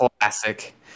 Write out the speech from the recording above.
classic